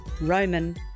Roman